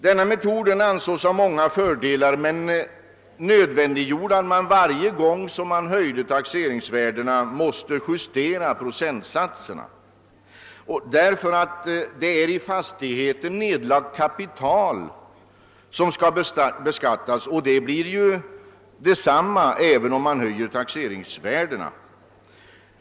Denna metod ansågs ha många fördelar, men den gjorde det nödvändigt att varje gång man höjde taxeringsvärdena justera procentsatsen. Det är nämligen i fastigheten nedlagt kapital som skall beskattas, och det blir ju detsamma även om man höjer taxeringsvärdet.